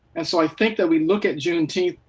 and so i think that we look at june team.